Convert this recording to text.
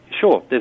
Sure